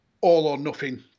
all-or-nothing